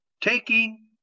taking